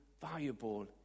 valuable